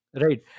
Right